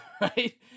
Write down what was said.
Right